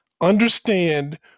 understand